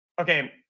Okay